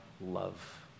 love